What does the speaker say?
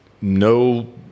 No